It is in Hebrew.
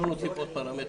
לא נוסיף עוד פרמטר.